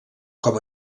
com